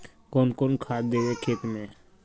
कौन कौन खाद देवे खेत में?